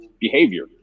behavior